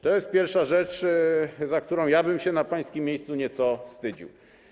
To jest pierwsza rzecz, za którą ja bym się na pańskim miejscu nieco wstydził.